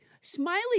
smiley